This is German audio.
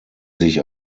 sich